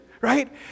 right